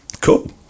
cool